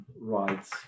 rights